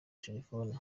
telefoni